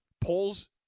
polls